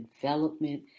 development